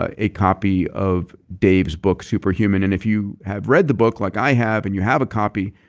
ah a copy of dave's book, super human and if you have read the book like i have and you have a copy,